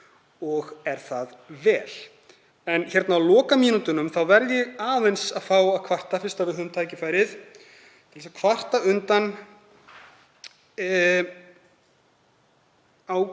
og er það vel. En hérna á lokamínútunum verð ég aðeins að fá að kvarta fyrst við höfum tækifærið. Ég vil kvarta undan